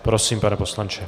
Prosím, pane poslanče.